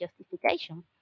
justification